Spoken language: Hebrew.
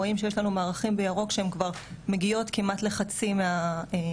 רואים שיש לנו מערכים בירוק שהם כבר מגיעות כמעט לחצי מהמשרתים,